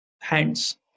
hands